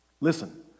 Listen